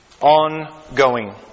ongoing